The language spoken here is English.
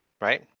right